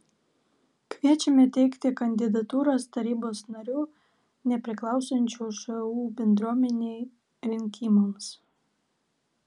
kviečiame teikti kandidatūras tarybos narių nepriklausančių šu bendruomenei rinkimams